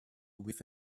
with